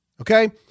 okay